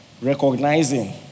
recognizing